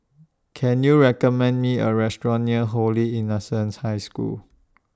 Can YOU recommend Me A Restaurant near Holy Innocents' High School